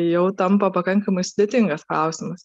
jau tampa pakankamai sudėtingas klausimas